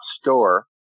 store